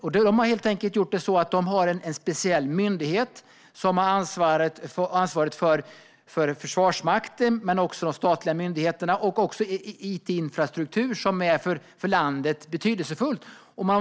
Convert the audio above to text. Man har helt enkelt gjort så att man har en speciell myndighet som har ansvaret för försvarsmakten, de statliga myndigheterna och även it-infrastruktur som är betydelsefull för landet.